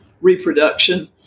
reproduction